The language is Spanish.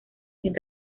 sin